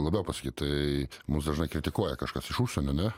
labiau pasakyt tai mus dažnai kritikuoja kažkas iš užsienio ne